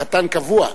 חתן קבוע.